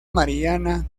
mariana